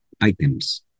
items